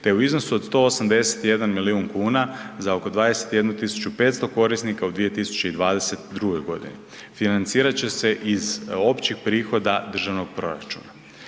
te u iznosu od 181 milion kuna za oko 21.500 korisnika u 2022. godini. Financirat će se iz općih prihoda državnog proračuna.